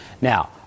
Now